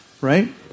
Right